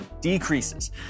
decreases